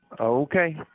Okay